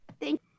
Thank